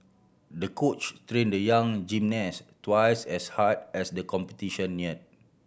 the coach train the young gymnast twice as hard as the competition near